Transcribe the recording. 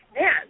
man